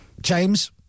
James